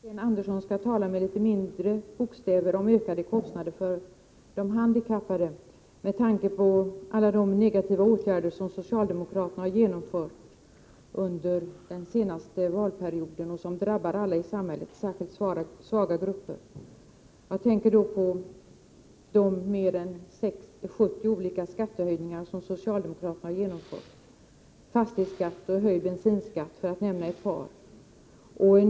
Herr talman! Jag tycker att Sten Andersson skall tala med litet mindre bokstäver om ökade kostnader för de handikappade, med tanke på alla de negativa åtgärder som socialdemokraterna har vidtagit under den senaste valperioden och som drabbar alla i samhället, särskilt svaga grupper. Jag tänker då på de mer än 70 olika skattehöjningar som socialdemokraterna har genomfört. För att nämna ett par kan jag ange höjningen av fastighetsskatten och bensinskatten.